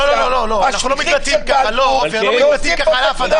לא קיבלנו תשובה למה מקום ירוק